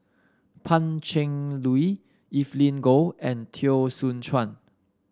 Pan Cheng Lui Evelyn Goh and Teo Soon Chuan